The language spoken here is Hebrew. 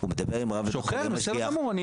הוא מדבר עם רב בית החולים,